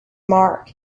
mark